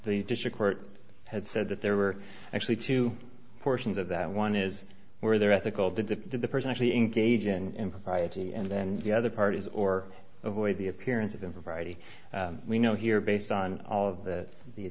the district court had said that there were actually two portions of that one is were there ethical to defend the person actually engage in propriety and then the other parties or avoid the appearance of impropriety we know here based on all of that the